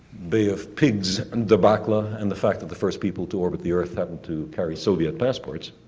bay of pigs and debacle ah and the fact that the first people to orbit the earth happened to carry soviet passports,